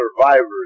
Survivor's